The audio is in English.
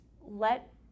let